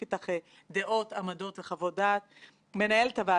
חבר הכנסת קיש היה שם איתי וגם חבר הכנסת פולקמן שנאלץ כעת ללכת.